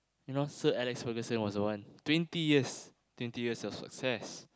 you know Sir-Alex-Ferguson was the one twenty years twenty years of success